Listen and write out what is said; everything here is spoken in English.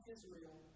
Israel